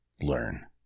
Learn